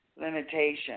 limitation